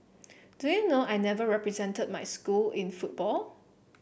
do you know I never represented my school in football